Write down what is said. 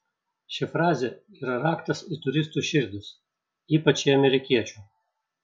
ši frazė yra raktas į turistų širdis ypač į amerikiečių